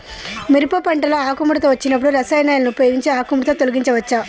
మిరప పంటలో ఆకుముడత వచ్చినప్పుడు రసాయనాలను ఉపయోగించి ఆకుముడత తొలగించచ్చా?